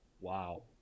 Wow